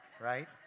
right